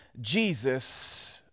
Jesus